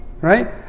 Right